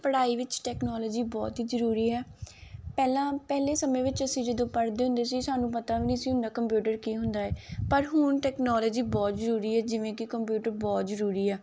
ਪੜ੍ਹਾਈ ਵਿੱਚ ਟੈਕਨੋਲੋਜੀ ਬਹੁਤ ਹੀ ਜ਼ਰੂਰੀ ਹੈ ਪਹਿਲਾਂ ਪਹਿਲੇ ਸਮੇਂ ਵਿੱਚ ਅਸੀਂ ਜਦੋਂ ਪੜ੍ਹਦੇ ਹੁੰਦੇ ਸੀ ਸਾਨੂੰ ਪਤਾ ਵੀ ਨਹੀਂ ਸੀ ਹੁੰਦਾ ਕੰਪਿਊਟਰ ਕੀ ਹੁੰਦਾ ਹੈ ਪਰ ਹੁਣ ਟੈਕਨੋਲੋਜੀ ਬਹੁਤ ਜ਼ਰੂਰੀ ਹੈ ਜਿਵੇਂ ਕਿ ਕੰਪਿਊਟਰ ਬਹੁਤ ਜ਼ਰੂਰੀ ਆ